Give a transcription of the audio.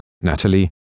Natalie